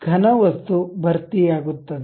ಆದ್ದರಿಂದ ಘನ ವಸ್ತು ಭರ್ತಿಯಾಗುತ್ತದೆ